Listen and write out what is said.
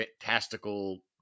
fantastical